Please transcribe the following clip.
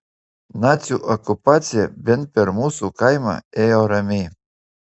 nacių okupacija bent per mūsų kaimą ėjo ramiai